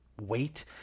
wait